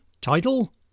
Title